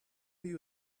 you